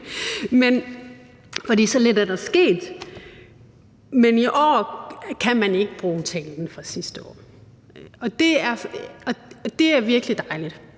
Men i år kan man ikke bruge talen fra sidste år, og det er virkelig dejligt.